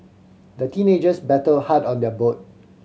the teenagers paddled hard on their boat